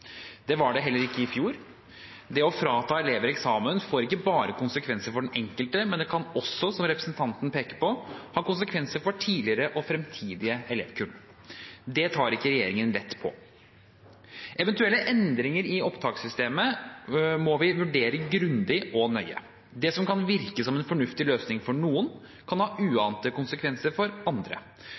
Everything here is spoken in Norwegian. får ikke bare konsekvenser for den enkelte, men det kan også, som representanten peker på, ha konsekvenser for tidligere og fremtidige elevkull. Det tar ikke regjeringen lett på. Eventuelle endringer i opptakssystemet må vi vurdere grundig og nøye. Det som kan virke som en fornuftig løsning for noen, kan ha uante konsekvenser for andre.